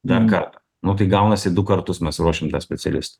na ką o tai gaunasi du kartus mes ruošiam tą specialistą